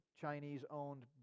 Chinese-owned